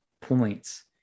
points